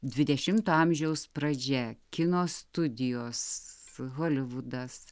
dvidešimto amžiaus pradžia kino studijos holivudas